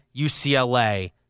UCLA